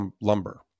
lumber